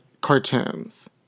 cartoons